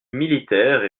militaire